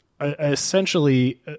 essentially